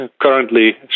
Currently